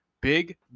Big